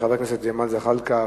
של חבר הכנסת ג'מאל זחאלקה.